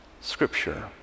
scripture